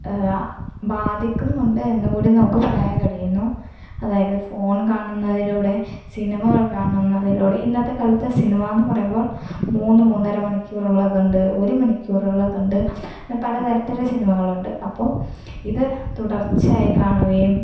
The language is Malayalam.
ബാധിക്കുന്നുണ്ട് എന്ന് കൂടി നമുക്ക് പറയാൻ കഴിയുന്നു അതായത് ഫോൺ കാണുന്നതിലൂടെ സിനിമകൾ കാണുന്നതിലൂടെ ഇന്നത്തെക്കാലത്തെ സിനിമയെന്ന് പറയുമ്പോൾ മൂന്ന് മൂന്നര മണിക്കൂറുള്ളതുണ്ട് ഒരു മണിക്കൂറുള്ളതുണ്ട് അങ്ങനെ പല തരത്തിൽ സിനിമകളുണ്ട് അപ്പോൾ ഇത് തുടർച്ചയായി കാണുകയും